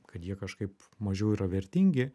kad jie kažkaip mažiau yra vertingi